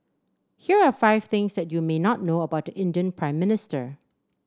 here are five things that you may not know about the Indian Prime Minister